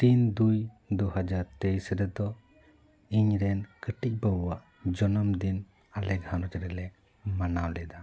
ᱛᱤᱱ ᱫᱩᱭ ᱫᱩᱦᱟᱡᱟᱨ ᱛᱮᱭᱤᱥ ᱨᱮᱫᱚ ᱤᱧ ᱨᱮ ᱠᱟᱹᱴᱤᱡ ᱵᱟᱵᱩᱣᱟᱜ ᱡᱚᱱᱚᱢ ᱫᱤᱱ ᱟᱞᱮ ᱜᱷᱟᱸᱨᱚᱡᱽ ᱨᱮᱞᱮ ᱢᱟᱱᱟᱣ ᱞᱮᱫᱟ